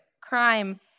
crime